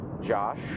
Josh